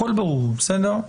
הכל ברור, בסדר?